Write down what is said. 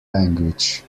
language